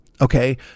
Okay